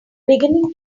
beginning